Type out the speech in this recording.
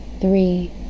three